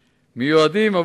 היום אנחנו מקפידים על